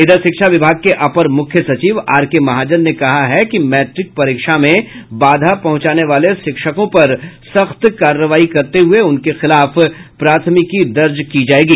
इधर शिक्षा विभाग के अपर मुख्य सचिव आर के महाजन ने कहा है कि मैट्रिक परीक्षा में बाधा पहुंचाने वाले शिक्षकों पर सख्त कार्रवाई करते हुये उनके खिलाफ प्राथमिकी दर्ज की जायेगी